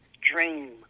dream